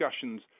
discussions